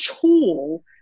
tool